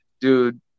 dude